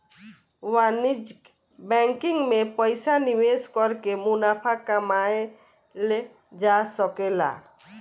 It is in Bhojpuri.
वाणिज्यिक बैंकिंग में पइसा निवेश कर के मुनाफा कमायेल जा सकेला